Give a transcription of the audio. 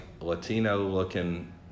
Latino-looking